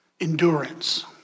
Endurance